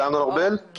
כן.